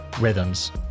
Rhythms